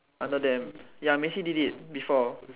under them ya Macy did it before